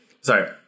Sorry